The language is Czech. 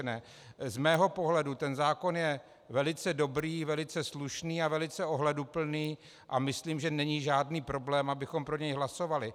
Z mého pohledu je ten zákon velice dobrý, velice slušný a velice ohleduplný a myslím, že není žádný problém, abychom pro něj hlasovali.